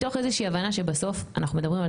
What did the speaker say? מתוך איזושהי הבנה שבסוף אנחנו מדברים על